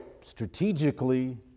strategically